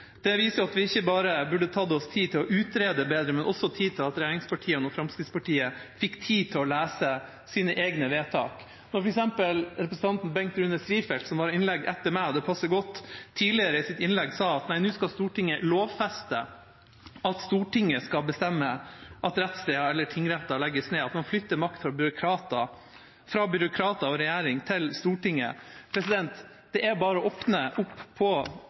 Det viser at vi ikke bare burde tatt oss tid til å utrede bedre, men også til at regjeringspartiene og Fremskrittspartiet fikk tid til å lese sine egne vedtak. Representanten Bengt Rune Strifeldt – som har innlegg etter meg, det passer godt – sa i et tidligere innlegg at Stortinget nå skal lovfeste at Stortinget skal bestemme at rettssteder eller tingretter legges ned, at man flytter makt fra byråkrater og regjering til Stortinget. Det er bare å åpne opp på